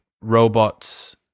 robots